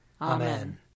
Amen